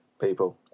people